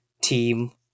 team